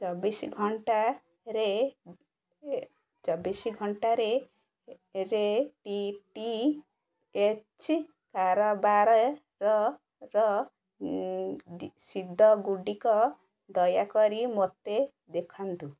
ଚବିଶ ଘଣ୍ଟାରେ D T H କାରବାରର ରସିଦ ଗୁଡ଼ିକ ଦୟାକରି ମୋତେ ଦେଖାଅ